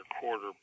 quarter